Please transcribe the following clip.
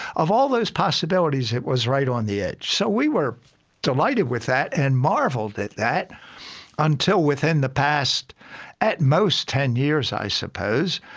of all those possibilities, it was right on the edge. so we were delighted with that and marveled at that until within the past at most ten years, i suppose,